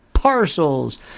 parcels